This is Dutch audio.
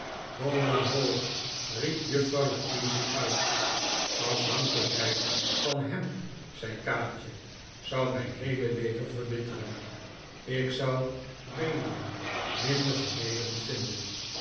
hola ho riep juffrouw la creevy uit afhankelijkheid van hem zei kaatje zou mijn heele leven verbitteren ik zou bedelen minder vernederend vinden